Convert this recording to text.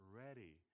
ready